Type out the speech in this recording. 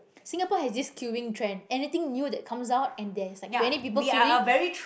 Singapore has this queuing trend anything new that come out and there is like twenty people queuing